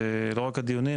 לא רק הדיונים,